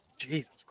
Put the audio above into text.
Jesus